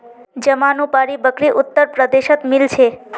जमानुपारी बकरी उत्तर प्रदेशत मिल छे